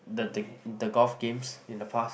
the the the golf games in the past